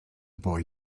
boy